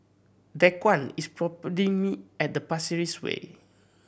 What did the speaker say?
Daquan is me at the Pasir Ris Way